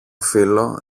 φίλο